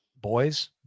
Boys